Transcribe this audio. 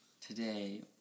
today